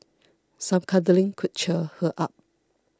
some cuddling could cheer her up